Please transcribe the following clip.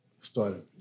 started